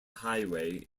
highway